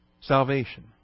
salvation